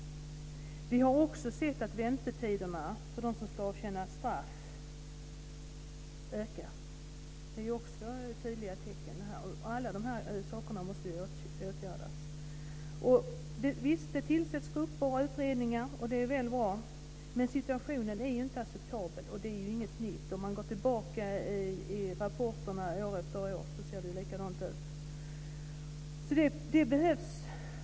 Vi har också sett att väntetiderna för dem som ska avtjäna straff ökar. Allt detta måste åtgärdas. Det tillsätts grupper och utredningar, och det är bra. Men situationen är inte acceptabel. Det är inte något nytt. Om man går tillbaka i rapporterna finner man att det ser likadant ut år efter år.